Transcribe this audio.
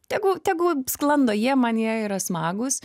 tegu tegu sklando jie man jie yra smagūs